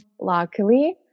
luckily